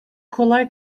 kolay